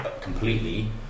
completely